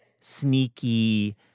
sneaky